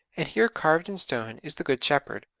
and here carved in stone, is the good shepherd,